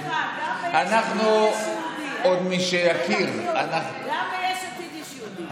תאר לך, גם ביש עתיד יש יהודים.